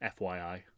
FYI